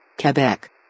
Quebec